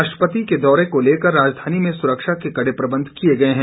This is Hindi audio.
राष्ट्रपति के दौरे को लेकर राजधानी में सुरक्षा के कड़े प्रबंध किए गए हैं